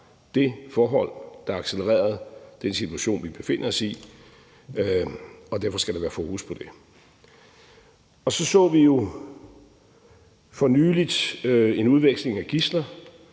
det forhold, der accelererede den situation, vi befinder os i, og derfor skal der være fokus på det. Så så vi jo for nylig en udveksling af gidsler,